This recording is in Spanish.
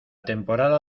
temporada